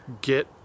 get